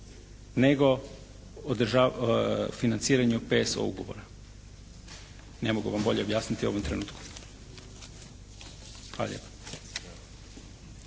nego financiranju PSO ugovora. Ne mogu vam bolje objasniti u ovom trenutku. Hvala